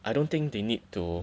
I don't think they need to